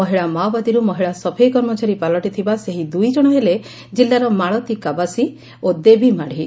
ମହିଳା ମାଓବାଦୀରୁ ମହିଳା ସଫେଇ କର୍ମଚାରୀ ପାଲଟିଥିବା ସେହି ଦୁଇଜଣ ହେଲେ ଜିଲ୍ଲାର ମାଳତୀ କାବାସୀ ଓ ଦେବୀ ମାଢି